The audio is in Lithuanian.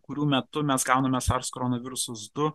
kurių metu mes gauname sars koronavirusas du